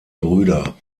brüder